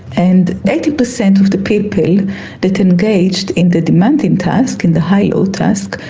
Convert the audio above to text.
and eighty percent of the people that engaged in the demanding task, in the high load task,